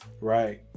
right